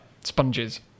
sponges